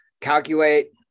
calculate